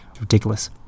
Ridiculous